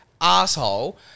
asshole